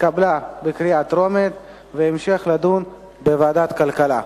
התקבלה בקריאה טרומית ותידון בוועדת הכלכלה.